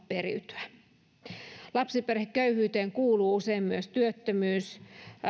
periytyä lapsiperheköyhyyteen kuuluu usein myös työttömyys